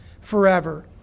forever